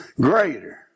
Greater